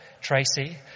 Tracy